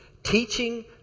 Teaching